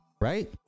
right